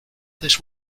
this